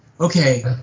okay